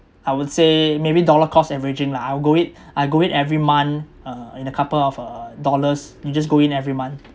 I would say maybe dollar cost averaging lah I'll go it I go in every month uh in a couple of uh dollars you just go in every month